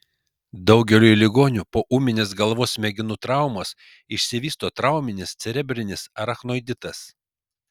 daugeliui ligonių po ūminės galvos smegenų traumos išsivysto trauminis cerebrinis arachnoiditas